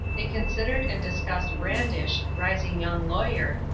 they considered and discussed brandish, rising young lawyer,